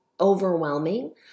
overwhelming